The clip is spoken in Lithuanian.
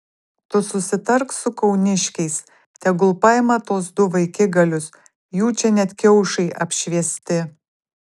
tu susitark su kauniškiais tegul paima tuos du vaikigalius jų čia net kiaušai apšviesti